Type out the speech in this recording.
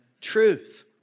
truth